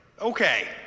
Okay